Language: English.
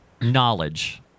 knowledge